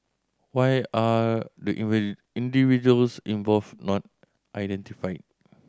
why are the individuals involved not identified